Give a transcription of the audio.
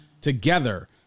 together